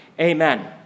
amen